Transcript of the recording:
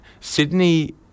Sydney